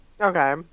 Okay